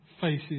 faces